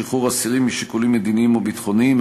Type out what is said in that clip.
שחרור אסירים משיקולים מדיניים או ביטחוניים),